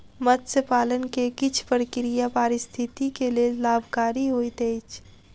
मत्स्य पालन के किछ प्रक्रिया पारिस्थितिकी के लेल लाभकारी होइत अछि